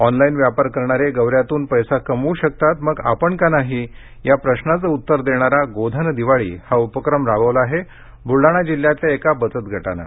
online व्यापार करणारे गवऱ्यांतून पैसा कमावू शकतात मग आपण का नाही या प्रशाचं उत्तर देणारा गोधन दिवाळी हा उपक्रम राबवला आहे बुलडाणा जिल्ह्यातल्या एका बचत गटानं